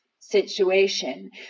Situation